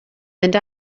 mynd